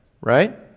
right